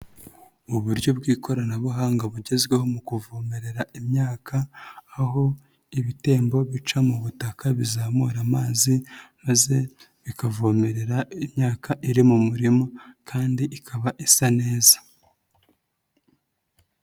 Uburyo bw'ikoranabuhanga bugezweho mu kuvomerera imyaka aho ibitembo bica mu butaka bizamura amazi maze bikavomerera imyaka iri mu murima kandi ikaba isa neza.